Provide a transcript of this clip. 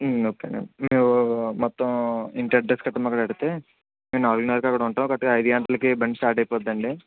okay అండి మీరు మొత్తం ఇంటి అడ్రస్ గట్రా మాకు పెడితే నేను నాలుగున్నరకి అక్కడ ఉంటాను కరెక్ట్గా ఐదు గంటలకి బండి స్టార్ట్ అయిపోతుందండి